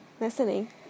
listening